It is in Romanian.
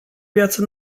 viață